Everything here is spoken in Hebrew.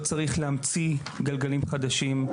לא צריך להמציא גלגלים חדשים,